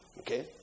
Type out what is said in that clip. okay